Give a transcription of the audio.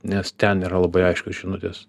nes ten yra labai aiškios žinutės